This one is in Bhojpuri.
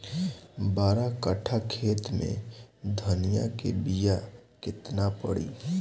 बारह कट्ठाखेत में धनिया के बीया केतना परी?